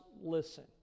listen